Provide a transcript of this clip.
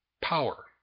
power